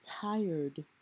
tired